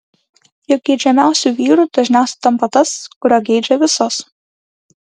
juk geidžiamiausiu vyru dažniausiai tampa tas kurio geidžia visos